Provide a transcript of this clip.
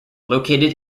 located